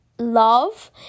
love